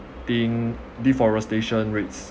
thing deforestation rates